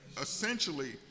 essentially